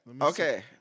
okay